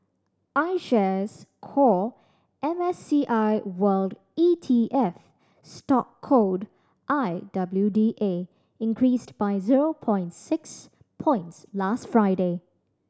iShares Core M S C I World E T F stock code I W D A increased by zero point six points last Friday